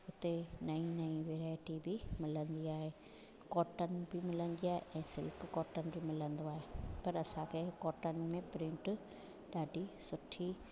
हुते नई नई वैराइटी बि मिलंदी आहे कॉटन बि मिलंदी आहे ऐं सिल्क कॉटन बि मिलंदो आहे पर असांखे कॉटन में प्रिंट ॾाढी सुठी